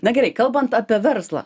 na gerai kalbant apie verslą